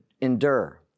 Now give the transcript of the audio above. endure